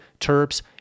terps